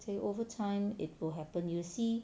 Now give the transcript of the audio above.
say over time it will happen you see